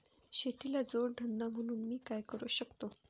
शेतीला जोड धंदा म्हणून मी काय करु शकतो?